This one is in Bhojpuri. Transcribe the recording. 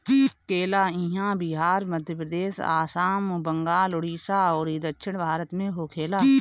केला इहां बिहार, मध्यप्रदेश, आसाम, बंगाल, उड़ीसा अउरी दक्षिण भारत में होखेला